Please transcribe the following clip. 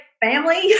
family